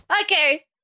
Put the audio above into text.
Okay